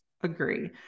agree